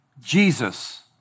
Jesus